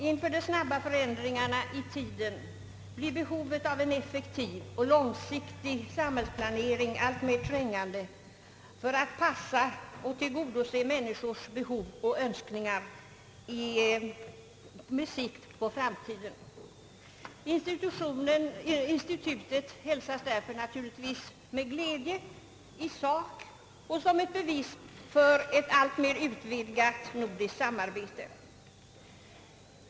Inför de snabba förändringarna i tiden blir behovet av en effektiv och långsiktig samhällsplanering alltmer trängande för att passa och tillgodose människors behov och önskemål med sikte på framtiden, Institutet hälsas därför naturligtvis med glädje i sak och som ett bevis för ett alltmer utvidgat nordiskt samarbete.